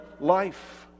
life